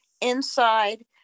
inside